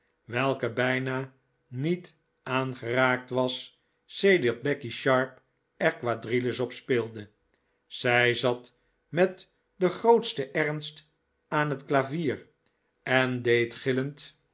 welke bijna niet aangeraakt was sedert becky sharp er quadrilles op speelde zij zat met den grootsten ernst aan het klavier en